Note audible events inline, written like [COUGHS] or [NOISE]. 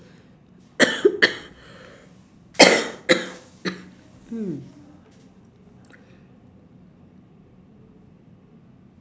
[COUGHS]